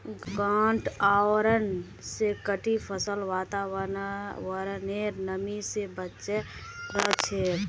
गांठ आवरण स कटी फसल वातावरनेर नमी स बचे रह छेक